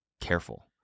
careful